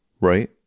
right